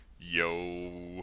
Yo